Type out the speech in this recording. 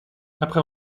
après